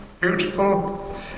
Beautiful